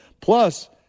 Plus